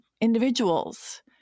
individuals